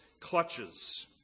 clutches